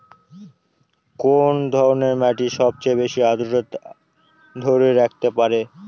কোন ধরনের মাটি সবচেয়ে বেশি আর্দ্রতা ধরে রাখতে পারে?